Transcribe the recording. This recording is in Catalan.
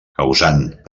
causant